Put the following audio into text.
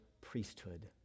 priesthood